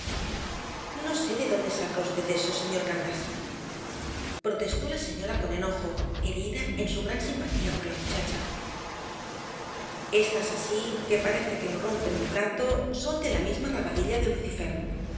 no sé de dónde saca v eso señor de candás protestó la señora con enojo herida en su gran simpatía por la muchacha estas así que parece que no rompen un plato son de la misma rabadilla de lucifer alegó